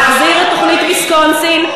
להחזיר את תוכנית ויסקונסין,